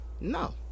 No